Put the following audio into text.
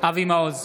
אבי מעוז,